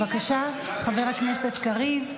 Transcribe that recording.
בבקשה, חבר הכנסת קריב.